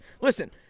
Listen